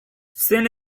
sin